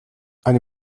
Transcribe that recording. eine